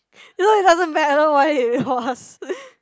you know it doesn't matter why they lost